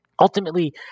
ultimately